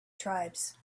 tribes